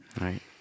right